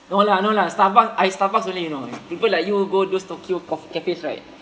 no lah no lah starbucks I starbucks only you know people like you go those tokyo cof~ cafes right